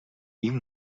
even